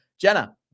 Jenna